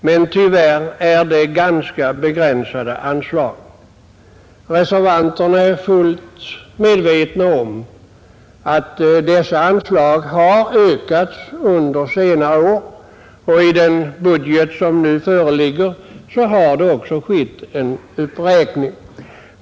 Men tyvärr är det ganska begränsade anslag. Reservanterna är fullt medvetna om att dessa anslag har ökats under senare år, och i den budget som nu föreligger har det också skett en uppräkning.